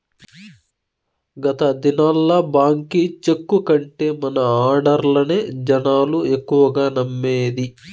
గత దినాల్ల బాంకీ చెక్కు కంటే మన ఆడ్డర్లనే జనాలు ఎక్కువగా నమ్మేది